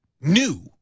new